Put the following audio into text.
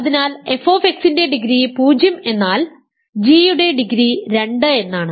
അതിനാൽ f ൻറെ degree 0 എന്നാൽ g യുടെ ഡിഗ്രി 2 എന്നാണ്